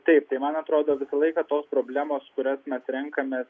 taip tai man atrodo visą laiką tos problemos kurias mes renkamės